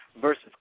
Versus